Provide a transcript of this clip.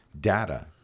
data